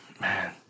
man